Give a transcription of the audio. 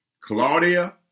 Claudia